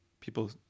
People